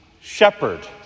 shepherd